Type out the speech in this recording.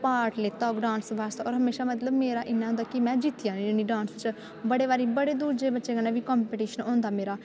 part लैता होग dance बास्तै होर हमेशां मतलब मेरा इ'यां होंदा कि में जित्ती जन्नी होन्नी डांस बिच्च बड़े बारी बड़े दूर दे बच्चें कन्नै बी कंपिटिशन बी होंदा मेरा